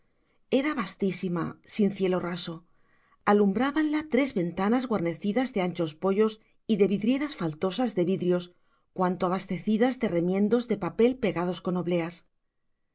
era vastísima sin cielo raso alumbrábanla tres ventanas guarnecidas de anchos poyos y de vidrieras faltosas de vidrios cuanto abastecidas de remiendos de papel pegados con obleas